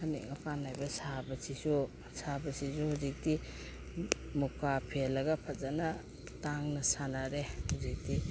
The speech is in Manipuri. ꯐꯅꯦꯛ ꯃꯄꯥꯟ ꯅꯥꯏꯕ ꯁꯥꯕꯁꯤꯁꯨ ꯁꯥꯕꯁꯤꯁꯨ ꯍꯧꯖꯤꯛꯇꯤ ꯃꯨꯒꯥ ꯐꯦꯜꯂꯒ ꯐꯖꯅ ꯇꯥꯡꯅ ꯁꯥꯅꯔꯦ ꯍꯧꯖꯤꯛꯇꯤ